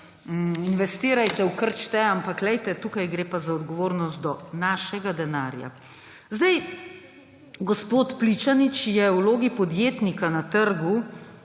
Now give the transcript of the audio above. investirajte, v kar hočete, ampak glejte, tukaj gre pa za odgovornost do našega denarja. Gospod Pličanič je v vlogi podjetnika na trgu,